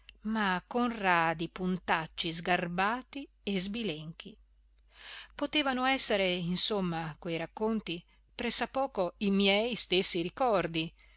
ma con radi puntacci sgarbati e sbilenchi potevano essere insomma quei racconti press'a poco i miei stessi ricordi